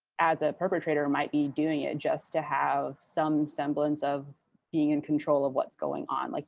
as a perpetrator, might be doing it just to have some semblance of being in control of what's going on. like